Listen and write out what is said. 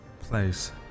place